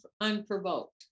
unprovoked